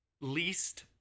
least